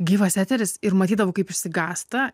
gyvas eteris ir matydavau kaip išsigąsta